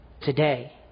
today